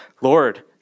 Lord